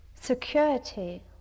Security